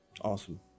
Awesome